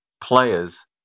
players